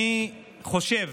אני חושב